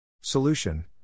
Solution